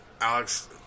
Alex